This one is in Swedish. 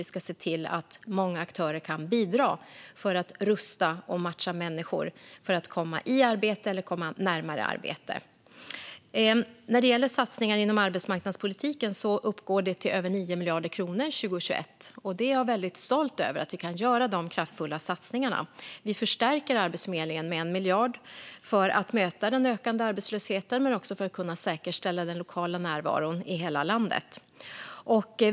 Vi ska se till att många aktörer kan bidra för att rusta och matcha människor för att komma i arbete eller närmare arbete. Satsningarna inom arbetsmarknadspolitiken uppgår till över 9 miljarder kronor 2021. Jag är väldigt stolt över att vi kan göra dessa kraftfulla satsningar. Vi förstärker Arbetsförmedlingen med 1 miljard för att möta den ökande arbetslösheten och för att kunna säkerställa den lokala närvaron i hela landet.